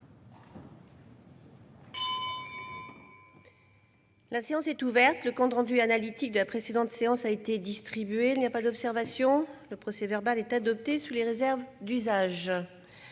La séance est ouverte. Le compte rendu analytique de la précédente séance a été distribué. Il n'y a pas d'observation ?... Le procès-verbal est adopté sous les réserves d'usage.